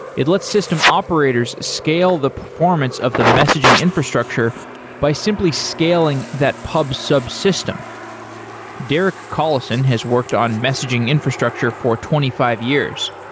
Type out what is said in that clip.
it lets system operators scale the performance of the messaging infrastructure by simply scaling that pub sub system derek collison has worked on messaging infrastructure for twenty five years.